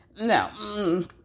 no